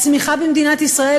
הצמיחה במדינת ישראל,